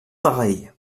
pareil